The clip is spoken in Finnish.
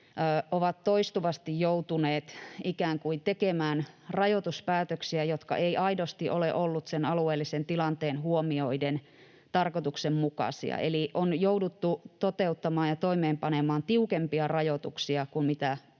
ovat toistuvasti joutuneet tekemään rajoituspäätöksiä, jotka eivät ikään kuin aidosti ole olleet sen alueellisen tilanteen huomioiden tarkoituksenmukaisia, eli on jouduttu toteuttamaan ja toimeenpanemaan tiukempia rajoituksia kuin